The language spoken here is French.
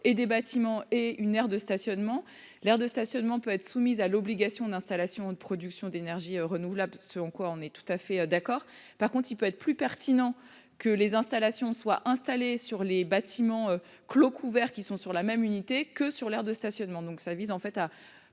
et des bâtiments et une aire de stationnement, l'aire de stationnement peut être soumise à l'obligation d'installations de production d'énergie renouvelable selon quoi, on est tout à fait d'accord, par contre, il peut être plus pertinent que les installations soient installés sur les bâtiments clos couvert qui sont sur la même unité que sur l'aire de stationnement, donc ça vise en fait à